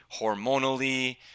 hormonally